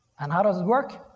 and how does it work?